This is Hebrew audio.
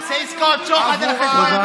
עושה עסקאות שוחד על חשבון המינויים